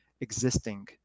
existing